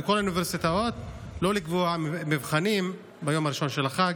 להורות לכל האוניברסיטאות לא לקבוע מבחנים ביום הראשון של החג.